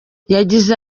yagize